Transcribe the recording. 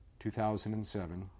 2007